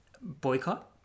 Boycott